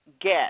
get